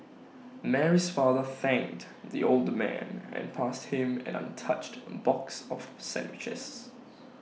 Mary's father thanked the old man and passed him an untouched box of sandwiches